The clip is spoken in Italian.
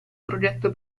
progetto